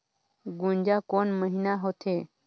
गुनजा कोन महीना होथे?